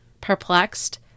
perplexed